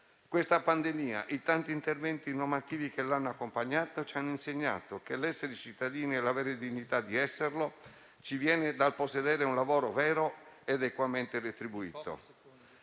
Questa pandemia e i tanti interventi normativi che l'hanno accompagnata ci hanno insegnato che l'essere cittadini e l'avere identità di esserlo ci viene dal possedere un lavoro vero ed equamente retribuito.